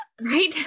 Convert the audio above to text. right